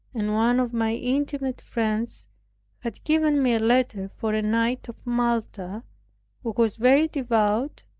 and one of my intimate friends had given me a letter for a knight of malta, who was very devout,